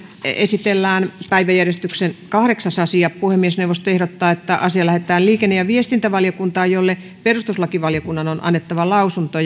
esitellään päiväjärjestyksen kahdeksas asia puhemiesneuvosto ehdottaa että asia lähetetään liikenne ja viestintävaliokuntaan jolle perustuslakivaliokunnan on annettava lausunto